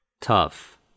Tough